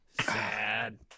Sad